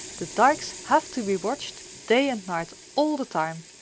the dykes have to be watched day and night all the time,